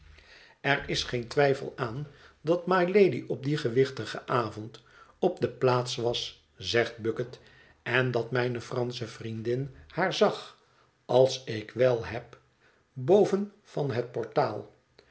er is geen twijfel aan dat mylady op dien gewichtigen avond op de plaats was zegt bucket en dat mijne fransche vriendin haar zag als ik wel heb boven van het portaal